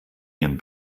ihren